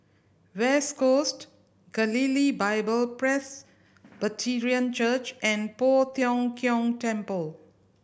West Coast Galilee Bible Presbyterian Church and Poh Tiong Kiong Temple